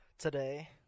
Today